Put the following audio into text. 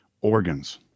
organs